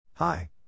Hi